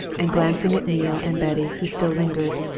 and glancing at neale and betty, who still lingered,